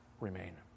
remain